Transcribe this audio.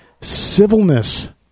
civilness